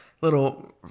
little